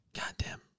Goddamn